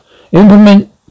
implement